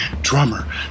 drummer